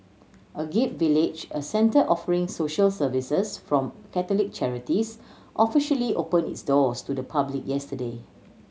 Agape Village a centre offering social services from Catholic charities officially opened its doors to the public yesterday